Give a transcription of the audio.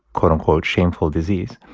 quote-unquote, shameful disease.